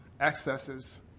excesses